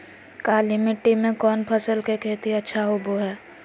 काली मिट्टी में कौन फसल के खेती अच्छा होबो है?